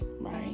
right